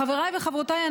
חבריי וחברותיי,